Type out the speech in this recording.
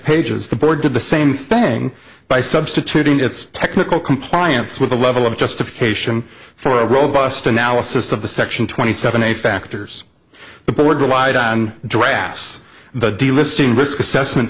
pages the board did the same thing by substituting its technical compliance with a level of justification for a robust analysis of the section twenty seven a factors the board relied on dry ass the delisting risk assessment